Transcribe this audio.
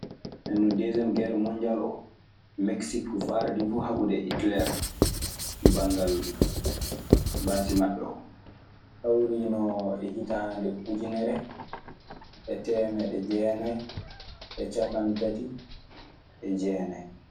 Ndenon desieme gere mondial o, meksike ardi fu habude itlere, bangale basi maɗe o. Hawriino e hitaande ujunere e teemeɗɗe jeenay e capanɗe tati e jeenay.